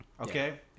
Okay